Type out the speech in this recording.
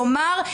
כלומר,